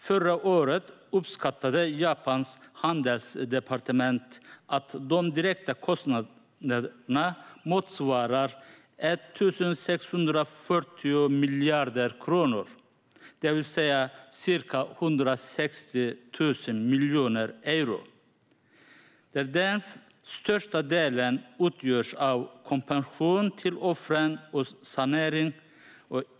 Förra året uppskattade Japans handelsdepartement att de direkta kostnaderna motsvarar 1 640 miljarder kronor, det vill säga ca 164 000 miljoner euro. Den största delen utgörs av kompensation till offren och kostnader för sanering.